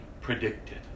predicted